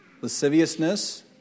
lasciviousness